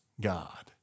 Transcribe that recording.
God